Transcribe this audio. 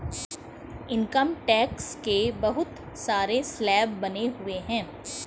income tax के बहुत सारे स्लैब बने हुए हैं